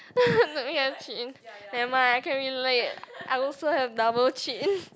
don't have chin nevermind I can relate I also have double chin